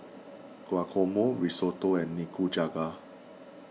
Guacamole Risotto and Nikujaga